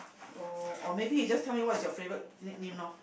oh or maybe you just me what is your favourite nick name loh